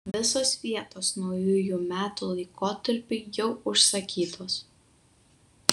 visos vietos naujųjų metų laikotarpiui jau užsakytos